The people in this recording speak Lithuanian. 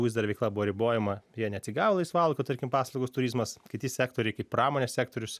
vis dar veikla buvo ribojama jie neatsigavo laisvalaikio tarkim paslaugos turizmas kiti sektoriai kaip pramonės sektorius